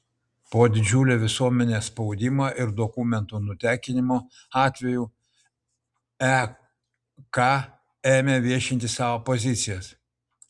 po didžiulio visuomenės spaudimo ir dokumentų nutekinimo atvejų ek ėmė viešinti savo pozicijas